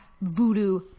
voodoo